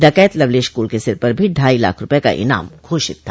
डकैत लवलेश कोल के सिर पर भी ढ़ाइ लाख रूपये का इनाम घोषित था